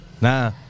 Nah